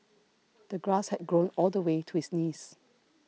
the grass had grown all the way to his knees